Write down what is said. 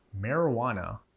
marijuana